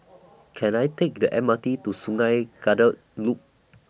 Can I Take The M R T to Sungei Kadut Loop